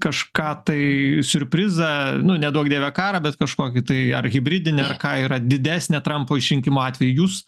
kažką tai siurprizą nu neduok dieve karą bet kažkokį tai ar hibridinę ar ką yra didesnė trumpo išrinkimo atveju jūs